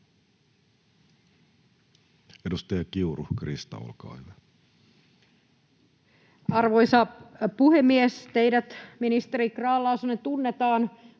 Edustaja Kiuru, Krista, olkaa hyvä. Arvoisa puhemies! Teidät, ministeri Grahn-Laasonen, tunnetaan